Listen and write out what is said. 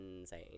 insane